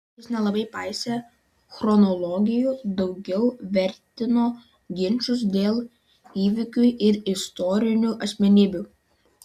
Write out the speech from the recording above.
jis nelabai paisė chronologijų daugiau vertino ginčus dėl įvykių ir istorinių asmenybių